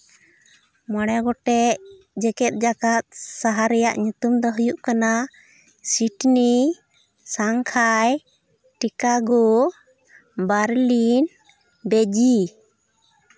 ᱢᱚᱬᱮ ᱜᱚᱴᱮᱱ ᱡᱮᱜᱮᱫ ᱡᱟᱠᱟᱛ ᱥᱟᱦᱟᱨ ᱨᱮᱭᱟᱜ ᱧᱩᱛᱩᱢ ᱫᱚ ᱦᱩᱭᱩᱜ ᱠᱟᱱᱟ Sydney Shanghai Chicago Berlin Beijing